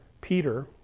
Peter